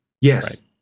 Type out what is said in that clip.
yes